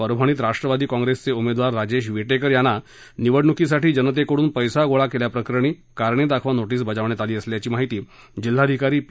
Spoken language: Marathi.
परभणीत राष्ट्रवादी काँग्रेसचे उमेदवार राजेश विटेकर यांना निवडणुकीसाठी जनतेकडून पैसा गोळा केल्याप्रकरणी कारणे दाखवा नोटीस बजाविण्यात आली असल्याची माहित जिल्हाधिकारी पी